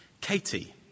Katie